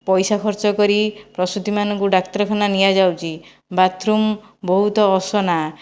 ପଇସା ଖର୍ଚ୍ଚ କରି ପ୍ରସୂତିମାନଙ୍କୁ ଡାକ୍ତରଖାନା ନିଆଯାଉଛି ବାଥରୁମ୍ ବହୁତ ଅସନା